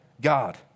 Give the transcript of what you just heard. God